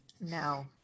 no